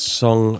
song